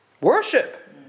Worship